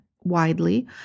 widely